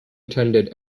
attended